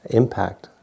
impact